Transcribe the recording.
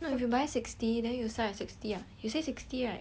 if you buy sixty then you sell at sixty ah you say sixty right